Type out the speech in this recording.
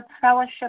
fellowship